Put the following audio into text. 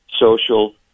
social